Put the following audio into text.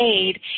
aid